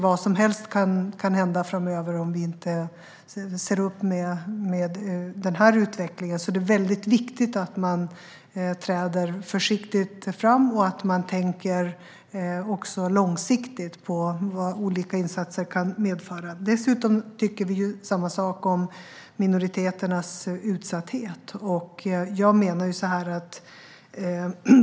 Vad som helst kan hända framöver om vi inte ser upp med denna utveckling, så det är viktigt att man träder fram försiktigt och tänker långsiktigt på vad olika insatser kan medföra. Dessutom tycker vi samma sak om minoriteternas utsatthet.